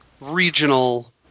regional